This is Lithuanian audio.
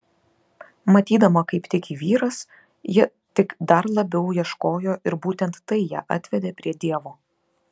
matydama kaip tiki vyras ji tik dar labiau ieškojo ir būtent tai ją atvedė prie dievo